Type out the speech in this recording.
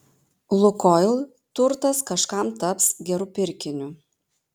lukoil turtas kažkam taps geru pirkiniu